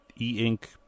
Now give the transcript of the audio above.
e-ink